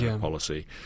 policy